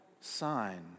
sign